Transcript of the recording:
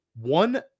One